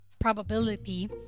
probability